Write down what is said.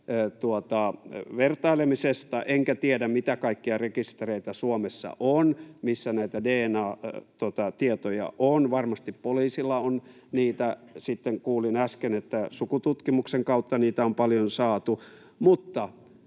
vertaileminen, enkä tiedä, mitä kaikkia rekistereitä Suomessa on, missä näitä dna-tietoja on. Varmasti poliisilla on niitä, ja sitten kuulin äsken, että sukututkimuksen kautta niitä on paljon saatu.